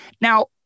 Now